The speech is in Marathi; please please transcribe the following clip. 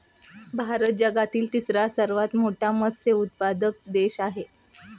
भारत जगातील तिसरा सर्वात मोठा मत्स्य उत्पादक देश आहे